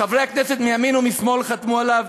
חברי כנסת מימין ומשמאל חתמו עליו.